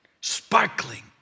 sparkling